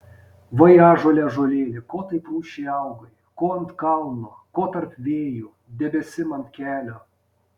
vai ąžuole ąžuolėli ko taip rūsčiai augai ko ant kalno ko tarp vėjų debesim ant kelio